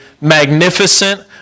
magnificent